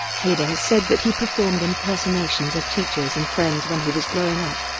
hader has said that he performed impersonations of teachers and friends when he was growing up,